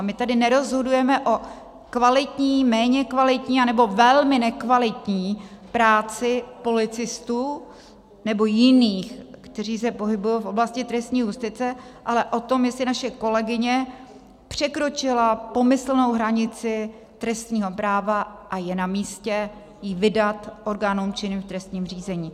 My tedy nerozhodujeme o kvalitní, méně kvalitní anebo velmi nekvalitní práci policistů nebo jiných, kteří se pohybují v oblasti trestní justice, ale o tom, jestli naše kolegyně překročila pomyslnou hranici trestního práva a je namístě ji vydat orgánům činným v trestním řízení.